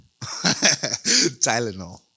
Tylenol